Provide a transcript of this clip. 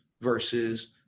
versus